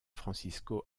francisco